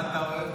מה אתה אוהב?